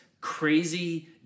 crazy